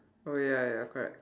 oh ya ya correct